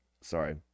sorry